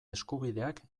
eskubideak